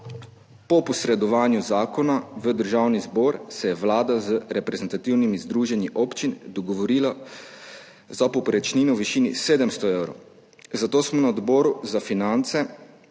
Po posredovanju zakona v Državni zbor se je Vlada z reprezentativnimi združenji občin dogovorila za povprečnino v višini 700 evrov, zato smo na Odboru za finance